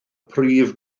prif